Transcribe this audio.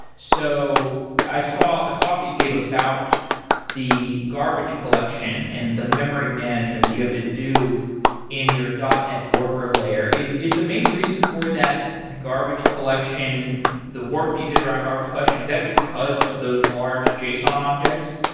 so i saw a talk that you gave about the garbage collection and the memory management that you have to do in your net worker layer. is is the main reason for that garbage collection the work that you did around garbage collection? is that because of those large json objects?